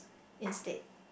instead